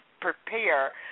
prepare